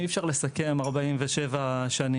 אי אפשר לסכם 47 שנים,